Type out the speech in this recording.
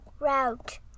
route